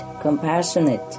compassionate